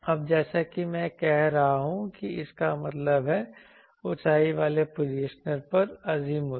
अब जैसा कि मैं कह रहा हूं कि इसका मतलब है ऊंचाई वाले पोजिशनर पर अज़ीमुथ